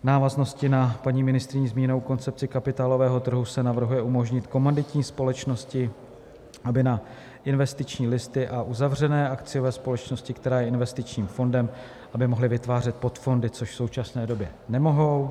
V návaznosti na paní ministryni: změnou koncepce kapitálového trhu se navrhuje umožnit komanditní společnosti, aby na investiční listy a uzavřené akciové společnosti, která je investičním fondem, aby mohly vytvářet podfondy, což v současné době nemohou.